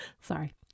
Sorry